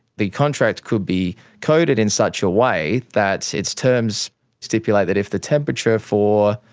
the contract could be coded in such a way that its terms stipulate that if the temperature for,